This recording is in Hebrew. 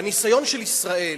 והניסיון של ישראל